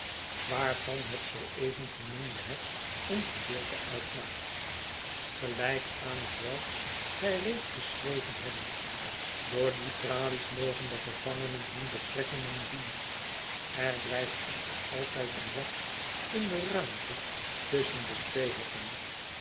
waarvan het zooeven genoemde hek een gedeelte uitmaakt gelijk aan dat hetwelk wy reeds beschreven hebben door die tralies mogen de gevangenen hun betrekkingen zien er blijft echter altijd een wacht in de ruimte tusschen de twee hekken